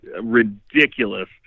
ridiculous